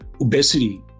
obesity